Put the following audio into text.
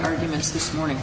arguments this morning